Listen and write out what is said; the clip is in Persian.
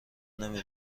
نمی